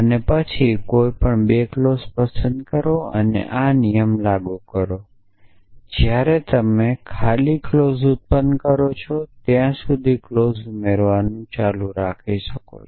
અને પછી કોઈપણ 2 ક્લોઝ પસંદ કરો આ નિયમ લાગુ કરો જ્યારે તમે નલ ક્લોઝ ઉત્પન્ન કરો ત્યાં સુધી ક્લોઝ ઉમેરીને લાગુ રાખો